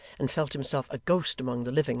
and felt himself a ghost among the living,